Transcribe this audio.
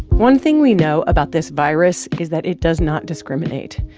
one thing we know about this virus is that it does not discriminate.